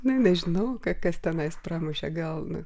na nežinau ka kas tenais pramušė gal